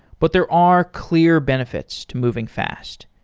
but there are clear benefits to moving fast,